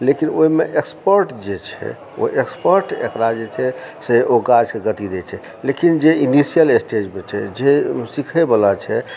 लेकिन ओहिमे एक्सपर्ट जे छै ओ एक्सपर्ट एकरा जे छै से ओ काजके गति दए छै लेकिन जे इनिशियल स्टेज पर छै जे सीखै वाला छै